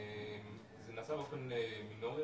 זה נעשה באופן מינורי,